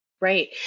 Right